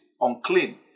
unclean